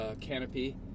canopy